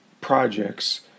projects